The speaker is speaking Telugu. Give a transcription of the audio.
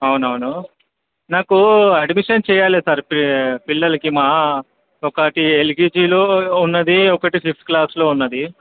అవునవును నాకు అడ్మిషన్ చెయ్యాలి సార్ పిల్లలికి మా ఒకటి ఎల్కేజీలో ఉంది ఒకటి ఫిఫ్త్ క్లాస్లో ఉంది